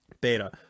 beta